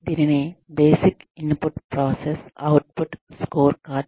దీనిని basic input process output scorecard